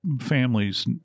Families